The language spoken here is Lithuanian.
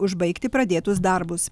užbaigti pradėtus darbus